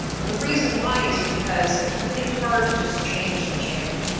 well the reason why is because it's really hard to just change the channel,